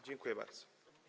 Dziękuję bardzo.